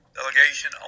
delegation